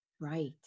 Right